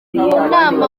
nama